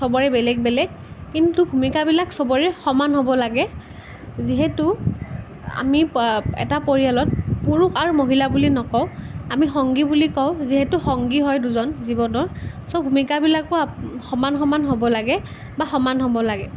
চবৰে বেলেগ বেলেগ কিন্তু ভূমিকাবিলাক চবৰে সমান হ'ব লাগে যিহেতু আমি এটা পৰিয়ালত পুৰুষ আৰু মহিলা বুলি নকওঁ আমি সংগী বুলি কওঁ যিহেতু সংগী হয় দুজন জীৱনৰ চ' ভূমিকাবিলাকো সমান সমান হ'ব লাগে বা সমান হ'ব লাগে